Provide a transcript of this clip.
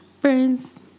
Friends